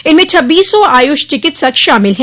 इनमें छब्बीस सौ आयुष चिकित्सक शामिल है